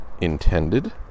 intended